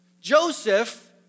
Joseph